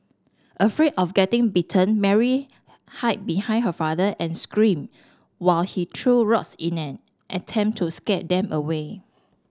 afraid of getting bitten Mary hide behind her father and screamed while he threw rocks in an attempt to scare them away